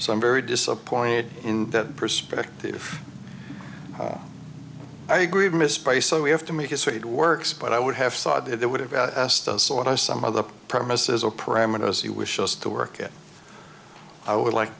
so i'm very disappointed in that perspective i agreed mispriced so we have to make it so it works but i would have thought it would have asked us what are some of the premises or parameters you wish us to work at i would like